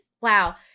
Wow